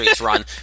run